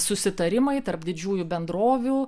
susitarimai tarp didžiųjų bendrovių